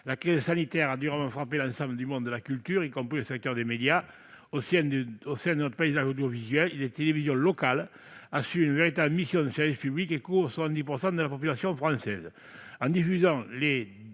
La crise sanitaire a durement frappé l'ensemble du monde de la culture, y compris le secteur des médias. Au sein de notre paysage audiovisuel, les télévisions locales assurent une véritable mission de service public et couvrent 70 % de la population française. En diffusant des